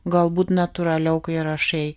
galbūt natūraliau kai rašai